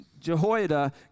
Jehoiada